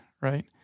right